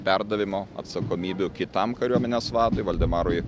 perdavimo atsakomybių kitam kariuomenės vadui valdemarui